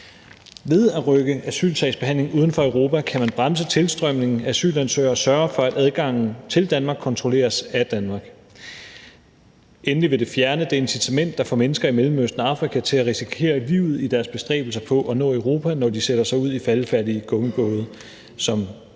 Ved at rykke asylsagsbehandlingen uden for Europa kan man bremse tilstrømningen af asylansøgere og sørge for, at adgangen til Danmark kontrolleres af Danmark. Endelig vil det fjerne det incitament, der får mennesker i Mellemøsten og Afrika til at risikere livet i deres bestræbelser på at nå Europa, når de sætter sig ud i faldefærdige gummibåde, som højt